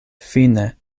fine